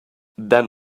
then